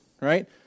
right